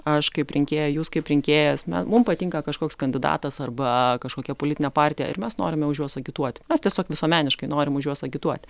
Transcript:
aš kaip rinkėja jūs kaip rinkėjas man mum patinka kažkoks kandidatas arba kažkokia politinė partija ir mes norime už juos agituoti mes tiesiog visuomeniškai norim už juos agituoti